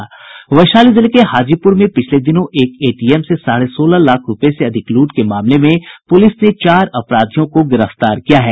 वैशाली जिले के हाजीपुर में पिछले दिनों एक एटीएम से साढ़े सोलह लाख रूपये से अधिक लूट के मामले में पुलिस ने चार अपराधियों को गिरफ्तार किया है